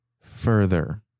further